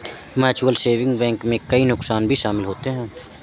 mutual saving bank में कई नुकसान भी शमिल होते है